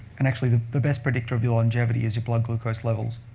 and actually, the the best predictor of your longevity is your blood glucose levels,